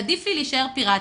עדיף לי להישאר פיראטית.